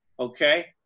Okay